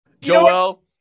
Joel